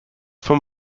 vom